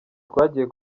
twagiye